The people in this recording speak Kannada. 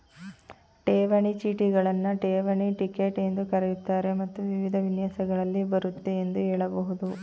ಠೇವಣಿ ಚೀಟಿಗಳನ್ನ ಠೇವಣಿ ಟಿಕೆಟ್ ಎಂದೂ ಕರೆಯುತ್ತಾರೆ ಮತ್ತು ವಿವಿಧ ವಿನ್ಯಾಸಗಳಲ್ಲಿ ಬರುತ್ತೆ ಎಂದು ಹೇಳಬಹುದು